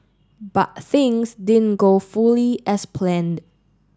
but things din go fully as planned